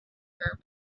her